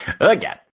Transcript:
Again